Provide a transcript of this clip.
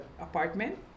apartment